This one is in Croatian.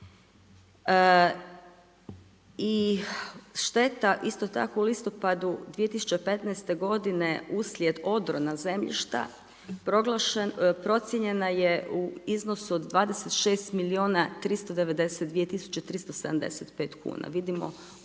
i šteta isto tako u listopadu 2015. godine uslijed odrona zemljišta proglašena, procijenjena je u iznosu od 26.392.375 kuna, vidimo o